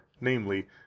namely